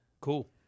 Cool